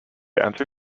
answer